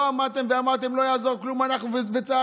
לא עמדתם ואמרתם שלא יעזור כלום וצעקתם,